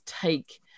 take